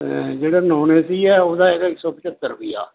ਜਿਹੜਾ non AC ਹੈ ਉਹਦਾ ਹੈਗਾ ਇੱਕ ਸੌ ਪੰਝੱਤਰ ਰੁਪਈਆ